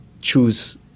choose